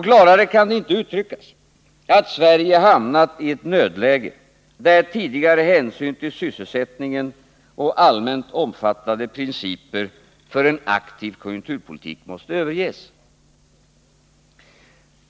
Klarare kan det inte uttryckas att Sverige hamnat i ett nödläge där tidigare hänsyn till sysselsättningen och allmänt omfattade principer för en aktiv konjunkturpolitik måste överges.